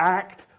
act